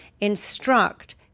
instruct